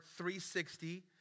360